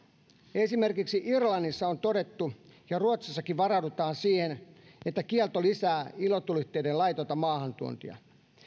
esimerkiksi irlannissa on todettu ja ruotsissakin varaudutaan siihen että kielto lisää ilotulitteiden laitonta maahantuontia